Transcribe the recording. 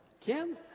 Kim